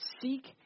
seek